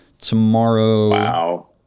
tomorrow